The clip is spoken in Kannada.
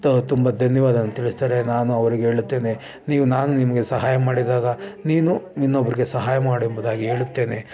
ತ ತುಂಬ ಧನ್ಯವಾದವನ್ನ ತಿಳಿಸ್ತಾರೆ ನಾನು ಅವರಿಗೆ ಹೇಳುತ್ತೇನೆ ನೀವು ನಾನು ನಿಮಗೆ ಸಹಾಯ ಮಾಡಿದಾಗ ನೀನು ಇನ್ನೊಬ್ರಿಗೆ ಸಹಾಯ ಮಾಡೆಂಬುದಾಗಿ ಹೇಳುತ್ತೇನೆ